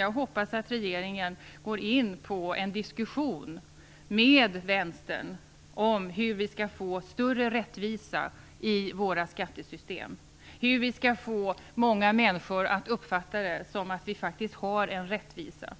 Jag hoppas att regeringen går in på en diskussion med Vänstern om hur vi skall få större rättvisa i våra skattesystem och hur vi skall få många människor att uppfatta det som att vi faktiskt har en rättvisa.